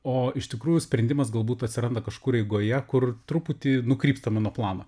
o iš tikrųjų sprendimas galbūt atsiranda kažkur eigoje kur truputį nukrypstame nuo plano